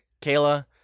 Kayla